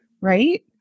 right